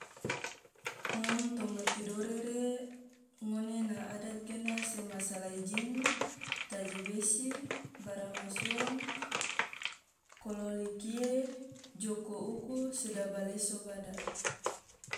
ngom toma tidore re, ngone na adat gena sema salai jin, tajibesi, baramasueng, kololi kie, joko uku, sedaba leso bada.